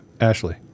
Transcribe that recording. Ashley